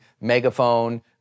megaphone